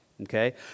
okay